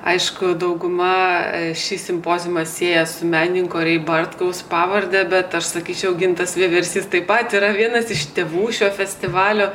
aišku dauguma šį simpoziumą sieja su menininko rei bartkaus pavarde bet aš sakyčiau gintas vieversys taip pat yra vienas iš tėvų šio festivalio